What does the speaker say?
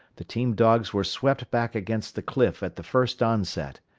the team-dogs were swept back against the cliff at the first onset.